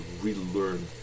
relearn